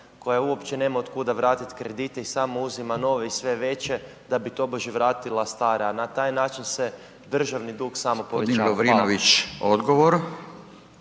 koja uopće nema otkuda vratiti kredite i samo uzima nove i sve veće da bi tobože vratila stare a na taj način se državni dug samo povećava. Hvala.